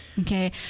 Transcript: Okay